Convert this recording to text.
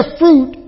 fruit